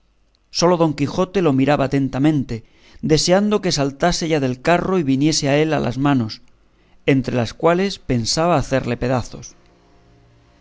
sólo don quijote lo miraba atentamente deseando que saltase ya del carro y viniese con él a las manos entre las cuales pensaba hacerle pedazos